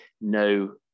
no